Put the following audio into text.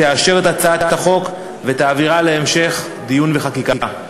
תאשר את הצעת החוק ותעבירה להמשך דיון וחקיקה.